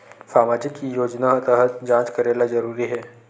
सामजिक योजना तहत जांच करेला जरूरी हे